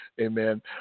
Amen